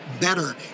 better